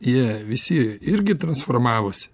jie visi irgi transformavosi